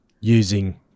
using